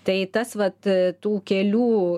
tai tas vat tų kelių